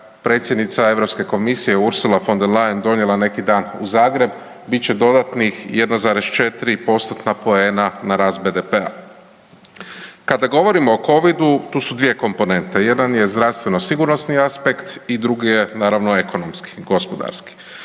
predsjednica Europske komisije Ursula von der Leyen donijela neki dan u Zagreb bit će dodatnih 1,4 postotna poena na rast BDP-a. Kada govorimo o covidu tu su dvije komponente, jedan je zdravstveno sigurnosni aspekt i drugi je naravno ekonomski gospodarski.